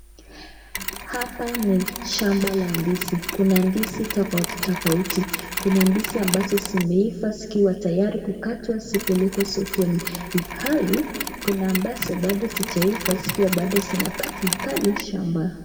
Hapa ni shamba la ndizi. Kuna ndizi tofauti tofauti. Kuna ndizi ambazo zimeiva zikiwa tayari kukatwa zipelekwe sokoni ilhali kuna ambazo bado hazijaiva zikiwa bado zinabaki pale shamba.